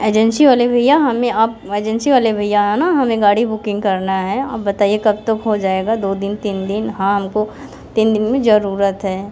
agency वाले भैया हमें आप एजेंसी वाले भैया है न हमें गाड़ी बुकिंग करना है आप बताइए कब तक हो जाएगा दो दिन तीन दिन हाँ हमको तीन दिन में जरूरत है